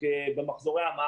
על פי חשבוני זה פחות משליש,